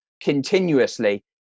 continuously